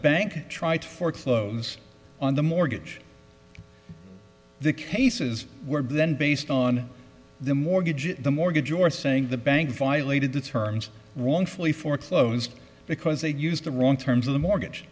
bank try to foreclose on the mortgage the cases were then based on the mortgage and the mortgage or saying the bank violated the terms wrongfully foreclosed because they used the wrong terms of the mortgage